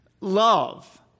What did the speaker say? love